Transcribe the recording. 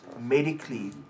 medically